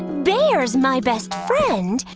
bear's my best friend.